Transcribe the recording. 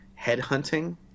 headhunting